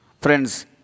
Friends